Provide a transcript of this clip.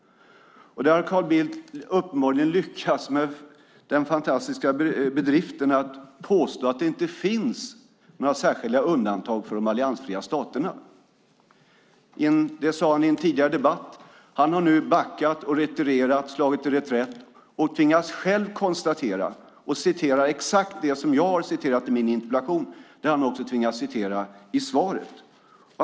Carl Bildt har uppenbarligen lyckats med den fantastiska bedriften att påstå att det inte finns några särskilda undantag för de alliansfria staterna. Det sade han i en tidigare debatt. Han har nu backat, retirerat, slagit till reträtt. Exakt det som jag har citerat i min interpellation tvingas han själv konstatera och citera i svaret.